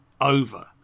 over